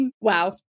Wow